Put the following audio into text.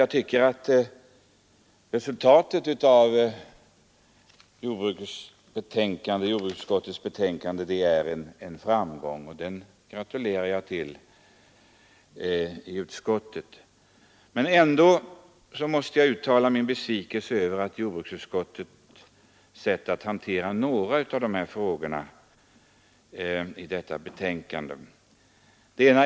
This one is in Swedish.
Jag tycker att jordbruksutskottets betänkande är en framgång, och den gratulerar jag till. Men ändå måste jag uttala min besvikelse över jordbruksutskottets sätt att hantera några av frågorna i betänkandet.